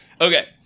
Okay